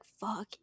fuck